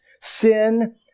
Sin